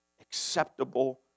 acceptable